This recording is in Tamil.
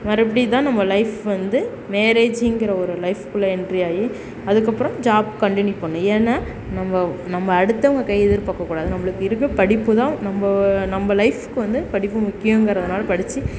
மறுபடி தான் நம்ம லைஃப் வந்து மேரேஜிங்கிற ஒரு லைஃப்க்குள்ள என்ட்ரி ஆகி அதுக்கப்பறம் ஜாப் கன்டினியூ பண்ணும் ஏன்னா நம்ம நம்ம அடுத்தவங்க கையைர் எதிர்பாக்கக்கூடாது நம்மளுக்கு இருக்கிற படிப்பு தான் நம்ப நம்ம லைஃப்க்கு வந்து படிப்பு முக்கியோங்கிறதுனால படித்து